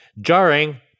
Jarring